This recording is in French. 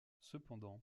cependant